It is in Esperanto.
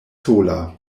sola